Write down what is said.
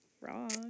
wrong